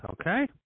Okay